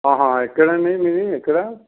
ఎక్కడ అండి మీది ఎక్కడ